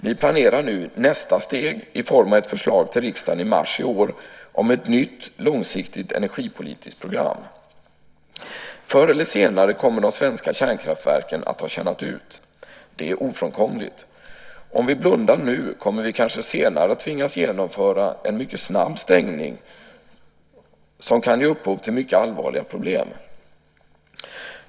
Vi planerar nu nästa steg i form av ett förslag till riksdagen i mars i år om ett nytt långsiktigt energipolitiskt program. Förr eller senare kommer de svenska kärnkraftverken att ha tjänat ut. Det är ofrånkomligt. Om vi blundar nu kommer vi kanske senare att tvingas genomföra en mycket snabb stängning som kan ge upphov till mycket allvarliga problem.